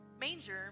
manger